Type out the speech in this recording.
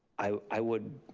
i would,